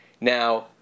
Now